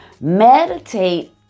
meditate